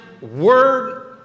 word